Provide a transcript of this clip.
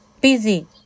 Busy